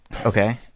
Okay